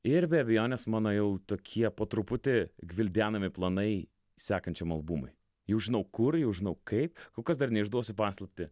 ir be abejonės mano jau tokie po truputį gvildenami planai sekančiam albumui jau žinau kur jau žinau kaip kol kas dar neišduosiu paslaptį